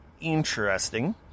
interesting